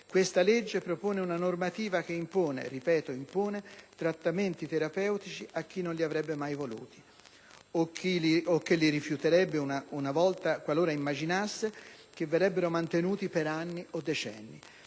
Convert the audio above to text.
questa legge propone una normativa che impone - ripeto, impone - trattamenti terapeutici a chi non li avrebbe mai voluti o che li rifiuterebbe qualora immaginasse che verrebbero mantenuti per anni o decenni;